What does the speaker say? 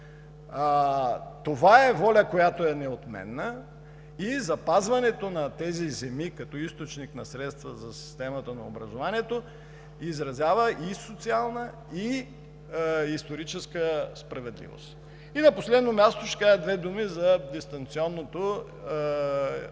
Това е волята, която е неотменна, и запазването на тези земи като източник на средства за системата на образованието изразява и социална, и историческа справедливост. На последно място, ще кажа две думи за дистанционното обучение,